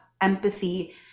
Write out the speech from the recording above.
empathy